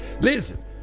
listen